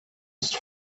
ist